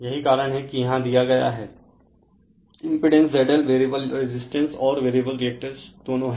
यही कारण है कि यहाँ दिया गया है इम्पीडेन्स ZL वैरिएबल रेजिस्टेंस और वैरिएबल रिएक्टर दोनों हैं